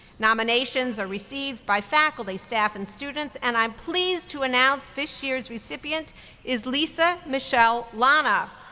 nominations are received by faculty, staff, and students, and i'm pleased to announce this year's recipient is lisa michelle lana.